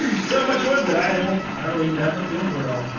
so much wood that i don't, i don't even have the fuel for at all.